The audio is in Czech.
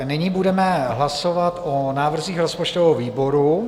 Nyní budeme hlasovat o návrzích rozpočtového výboru.